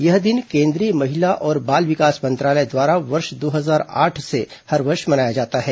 यह दिन केन्द्रीय महिला और बाल विकास मंत्रालय द्वारा वर्ष दो हजार आठ से हर वर्ष मनाया जाता है